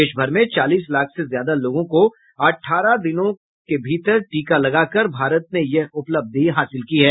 देश भर में चालीस लाख से ज्यादा लोगों को अठारह दिनों टीका लगाकर भारत ने ये उपलब्धि हासिल की है